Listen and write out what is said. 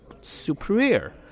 superior